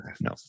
no